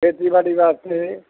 ਖੇਤੀਬਾੜੀ ਵਾਸਤੇ